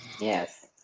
Yes